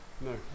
No